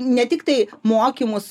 ne tiktai mokymus